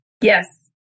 Yes